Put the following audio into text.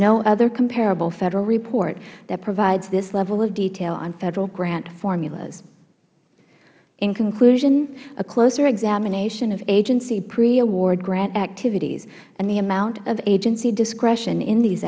no other comparable federal report that provides this level of detail on federal grant formulas in conclusion a closer examination of agency pre award grant activities and the amount of agency discretion in these